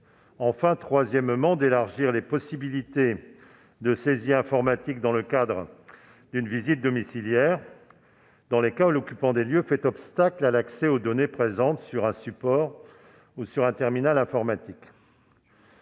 enfin, troisièmement, d'élargir les possibilités de saisie informatique dans le cadre d'une visite domiciliaire, dans les cas où l'occupant des lieux fait obstacle à l'accès aux données présentes sur un support ou un terminal informatiques.